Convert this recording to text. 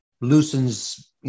loosens